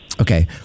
Okay